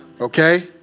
okay